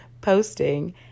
posting